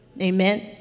Amen